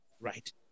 right